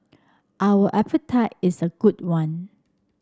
our appetite is a good one